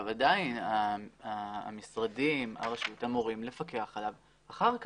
עדיין המשרדים, הרשות, אמורים לפקח עליו אחר כך.